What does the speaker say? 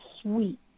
sweet